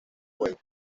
juego